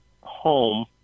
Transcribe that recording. home